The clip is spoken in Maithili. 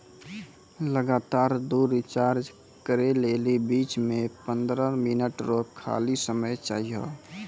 लगातार दु रिचार्ज करै लेली बीच मे पंद्रह मिनट रो खाली समय चाहियो